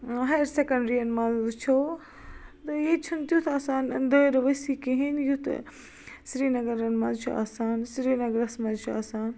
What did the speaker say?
higher secondary ین منٛز وٕچھُو تہٕ یہِ چھُنہٕ تیُتھ آسان دٲیرٕ ؤسی کِہیٖنۍ یُتھ سرینگٕرن منٛز چھُ آسان سرینگٕرس منٛز چھُ آسان